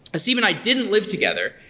haseeb and i didn't live together,